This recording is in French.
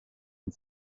une